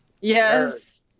Yes